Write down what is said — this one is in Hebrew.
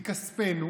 מכספנו.